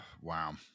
wow